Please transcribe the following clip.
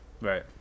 Right